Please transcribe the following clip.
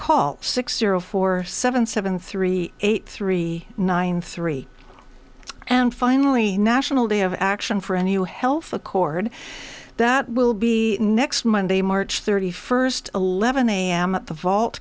call six zero four seven seven three eight three nine three and finally a national day of action for anyone health accord that will be next monday march thirty first eleven am at the vault